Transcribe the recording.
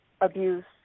abuse